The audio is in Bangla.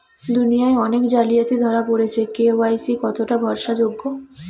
দুনিয়ায় অনেক জালিয়াতি ধরা পরেছে কে.ওয়াই.সি কতোটা ভরসা যোগ্য?